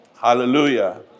Hallelujah